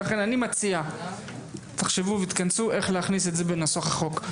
לכן אני מציע שתחשבו איך להכניס את זה בנוסח החוק.